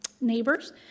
neighbors